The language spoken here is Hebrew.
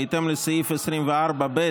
בהתאם לסעיף 24(ב)